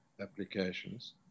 applications